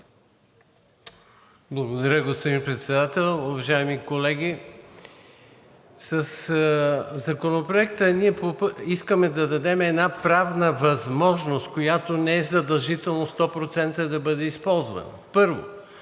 Благодаря, господин Председател. Уважаеми колеги, със Законопроекта искаме да дадем правна възможност, която не е задължително 100% да бъде използвана. Първо,